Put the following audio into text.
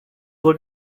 look